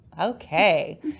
Okay